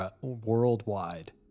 worldwide